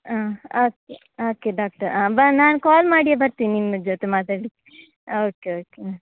ಹಾಂ okay okay doctor ಬ ನಾನು ಕಾಲ್ ಮಾಡಿಯೇ ಬರ್ತಿನಿ ನಿಮ್ಮ ಜೊತೆ ಮಾತಾಡಲಿಕ್ಕೆ ಓಕೆ ಓಕೆ ಹಾಂ